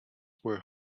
were